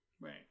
Right